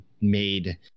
made